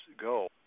go